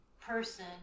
person